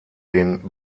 den